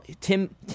Tim